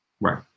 Right